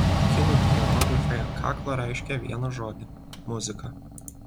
kinų hieroglifai ant kaklo reiškia vieną žodį muzika